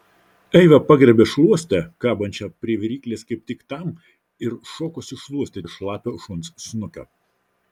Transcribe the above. eiva pagriebė šluostę kabančią prie viryklės kaip tik tam ir šokosi šluostyti šlapio šuns snukio